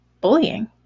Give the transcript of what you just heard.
bullying